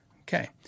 okay